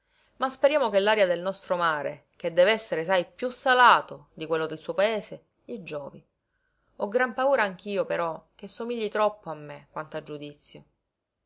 ma speriamo che l'aria del nostro mare che dev'essere sai piú salato di quello del suo paese gli giovi ho gran paura anch'io però che somigli troppo a me quanto a giudizio